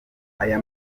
aya